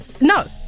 No